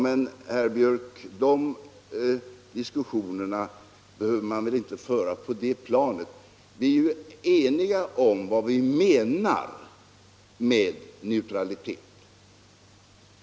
Den diskussionen behöver väl inte föras på det planet. Vi är ju eniga om vad vi menar med neutralitet.